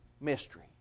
mystery